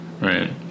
right